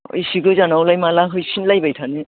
एसे गोजानावलाय माला हैफिनलायबाय थानो